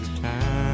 time